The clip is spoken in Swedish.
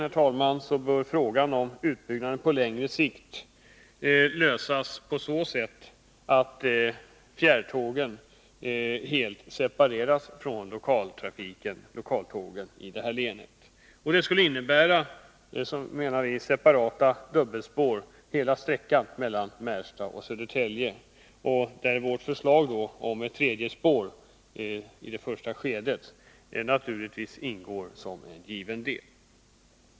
Slutligen bör frågan om utbyggnaden på längre sikt lösas på så sätt att fjärrtågen helt separeras från lokaltågen i länet. Detta skulle innebära separata dubbelspår på hela sträckan mellan Märsta och Södertälje. Ett tredje spår i det första skedet, enligt vårt förslag, skulle där ingå som en given del.